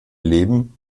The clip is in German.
leben